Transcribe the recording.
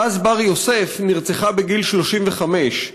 פז בר-יוסף נרצחה בגיל 35,